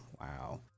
Wow